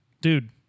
dude